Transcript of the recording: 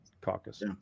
caucus